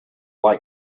like